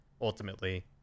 ultimately